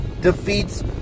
defeats